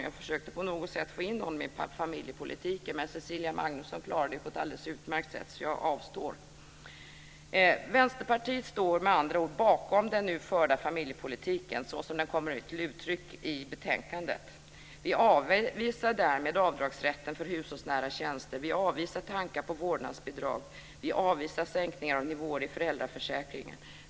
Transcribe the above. Jag försökte på något sätt få in honom i familjepolitiken, men Cecilia Magnusson klarade det på ett alldeles utmärkt sätt, så jag avstår. Vänsterpartiet står med andra ord bakom den nu förda familjepolitiken såsom den kommer till uttryck i betänkandet. Vi avvisar därmed avdragsrätten för hushållsnära tjänster. Vi avvisar tankar på vårdnadsbidrag. Vi avvisar sänkningar av nivåer i föräldraförsäkringen.